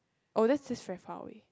orh that's just very far away